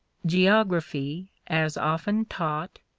geography, as often taught,